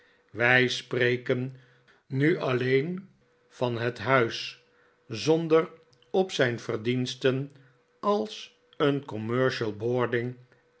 wij spreken nu alleen van het huis zonder op zijn verdiensten als een